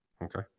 Okay